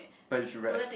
but you should rest